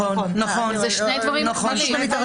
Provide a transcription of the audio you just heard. נכון, זה שני דברים מקבילים.